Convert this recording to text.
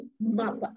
mother